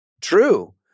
true